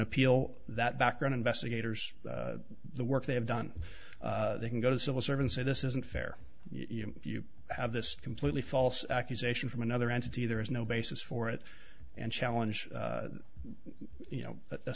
appeal that background investigators the work they have done they can go to civil servants say this isn't fair you know you have this completely false accusation from another entity there is no basis for it and challenge you know that